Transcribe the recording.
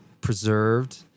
preserved